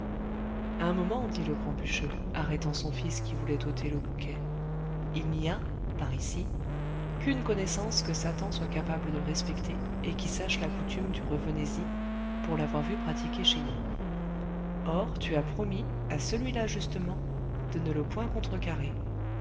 un moment dit le grand bûcheux arrêtant son fils qui voulait ôter le bouquet il n'y a par ici qu'une connaissance que satan soit capable de respecter et qui sache la coutume du revenez y pour l'avoir vue pratiquer chez nous or tu as promis à celui-là justement de ne le point